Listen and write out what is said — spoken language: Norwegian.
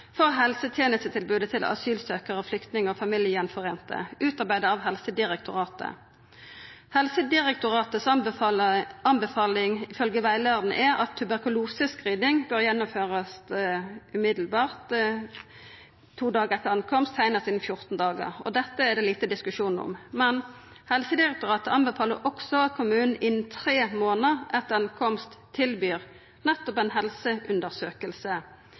til asylsøkjarar, flyktningar og dei som er førte saman att med familien sin, utarbeidd av Helsedirektoratet. Helsedirektoratet si anbefaling er, ifølgje rettleiaren, at tuberkulose-screening bør verta gjennomført omgåande, to dagar etter at ein er komen, seinast innan 14 dagar. Dette er det lite diskusjon om, men Helsedirektoratet anbefaler også at kommunen innan tre månader etter